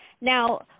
Now